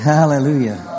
Hallelujah